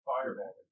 Fireball